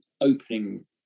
opening